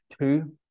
Two